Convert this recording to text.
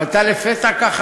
ואתה לפתע ככה,